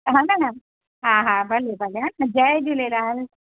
ह न हा हा भले भले हा न जय झूलेलाल